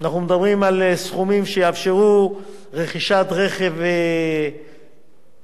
אנחנו מדברים על סכומים שיאפשרו רכישת רכב קביל,